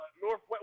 Northwest